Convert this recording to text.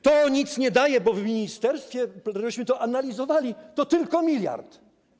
To nic nie daje, bo w ministerstwie to analizowaliśmy, to tylko miliard.